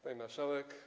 Pani Marszałek!